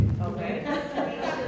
Okay